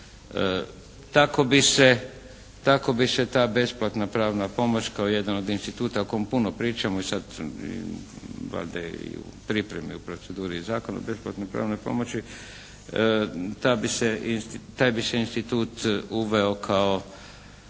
Tako bi se ta besplatna pravna pomoć kao jedan od instituta o kom puno pričamo. I sad valjda je i u pripremi, u proceduri Zakon o besplatnoj pravnoj pomoći taj bi se institut uveo kao